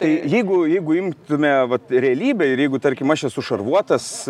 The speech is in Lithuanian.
tai jeigu jeigu imtume vat realybę ir jeigu tarkim aš esu šarvuotas